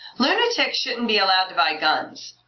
lunatics shouldn't be allowed to buy guns!